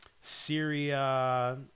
Syria